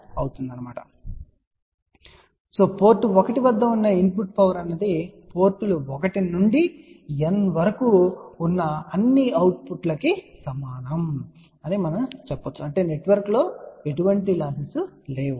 కాబట్టి పోర్ట్ 1 వద్ద ఉన్న ఇన్పుట్ పవర్ అన్నది పోర్టులు 1 నుండి N వరకు ఉన్న అన్ని అవుట్ పుట్ ల సమ్ కు సమానం అని మనము చెప్పగలం అంటే నెట్వర్క్లో ఎటువంటి లాస్ లు లేవు